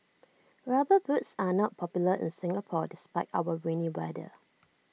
rubber boots are not popular in Singapore despite our rainy weather